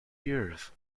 years